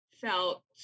felt